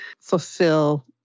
fulfill